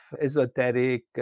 esoteric